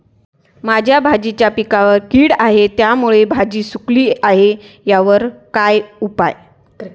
माझ्या भाजीच्या पिकावर कीड आहे त्यामुळे भाजी सुकली आहे यावर काय उपाय?